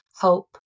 help